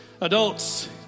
adults